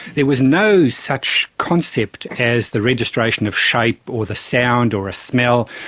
there was no such concept as the registration of shape or the sound or a smell,